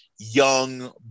Young